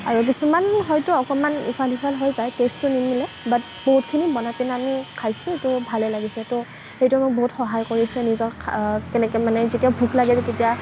আৰু কিছুমান হয়তো অকণমান ইফাল সিফাল হৈ যায় টেষ্টটো নিমিলে বাত বহুতখিনি বনাই পেনি আমি খাইছোঁ তো ভালেই লাগিছে তো সেইটোৱে মোক বহুত সহায় কৰিছে নিজৰ কেনেকৈ মানে নিজৰ ভোক লাগিলে তেতিয়া